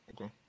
Okay